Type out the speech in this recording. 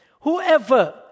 Whoever